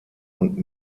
und